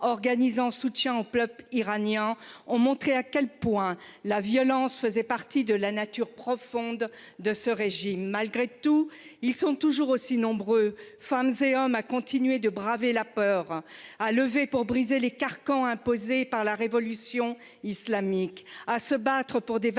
organisée en soutien au peuple iranien ont montré à quel point la violence faisait partie de la nature profonde de ce régime, malgré tout, ils sont toujours aussi nombreux, femmes et hommes a continué de braver la peur a levé pour briser les carcans imposés par la révolution islamique à se battre pour des valeurs